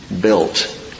built